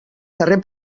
carrer